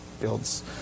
builds